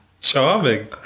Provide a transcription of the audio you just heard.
Charming